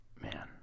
Man